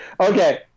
okay